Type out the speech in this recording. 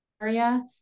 area